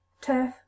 turf